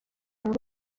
muri